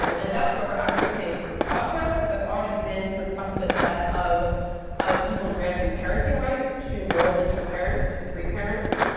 um and that's where we're actually seeing some progress that there's already been some precedents set of people granting parenting rights to more than two parents, to three parents.